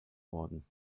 worden